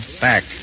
back